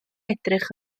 edrych